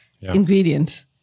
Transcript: ingredient